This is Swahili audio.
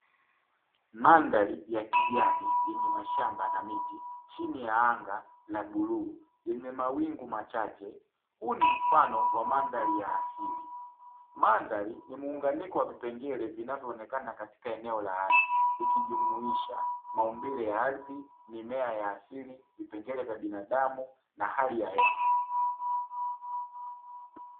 Mandhari ya kijani yenye mashamba na miti chini ya anga la bluu yenye mawingu machache. Huu ni mfano wa mandhari ya asili mandhari ni muunganiko wa vipengele vinavyoonekana katika eneo la ardhi ikijumuisha maumbile ya ardhi, mimea ya asili, vipengele vya binadamu na hali ya hewa.